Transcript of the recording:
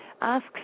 Ask